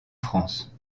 france